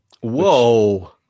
Whoa